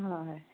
হয়